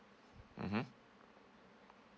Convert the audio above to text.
mmhmm